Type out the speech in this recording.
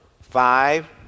five